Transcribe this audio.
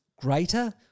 greater